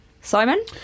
Simon